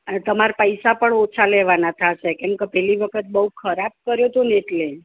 અને તમારે પૈસા પણ ઓછા લેવાના થશે કેમકે પેલી વખત બહુ ખરાબ કર્યું તું ને એટલે